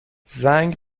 زنگ